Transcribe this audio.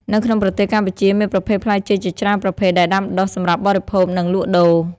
នៅក្នុងប្រទេសកម្ពុជាមានប្រភេទផ្លែចេកជាច្រើនប្រភេទដែលដាំដុះសម្រាប់បរិភោគ និងលក់ដូរ។